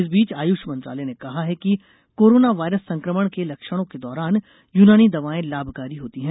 इस बीच आयुष मंत्रालय ने कहा है कि कोरोना वायरस संक्रमण के लक्षणों के दौरान यूनानी दवाएं लाभकारी होती हैं